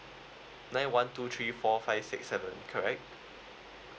nine one two three four five six seven correct